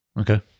Okay